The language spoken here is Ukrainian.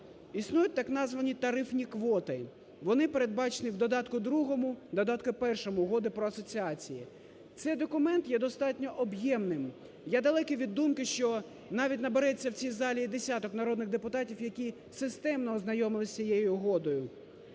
існують, так названі, тарифні квоти, вони передбачені в додатку другому, додатку першому Угоди про асоціації. Цей документ є достатньо об'ємним, я далекий від думки, що навіть набереться в цій залі десяток народних депутатів, які системно ознайомилися з цією угодою.